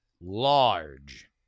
large